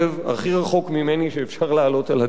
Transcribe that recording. הכי רחוק ממני שאפשר להעלות על הדעת,